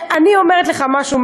אני אומרת לך משהו,